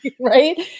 right